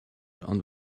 ond